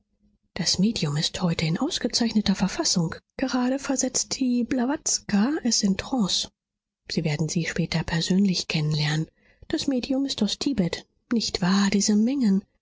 das medium ist heute in ausgezeichneter verfassung gerade versetzt die blawatska es in trance sie werden sie später persönlich kennen lernen das medium ist aus tibet nicht wahr diese mengen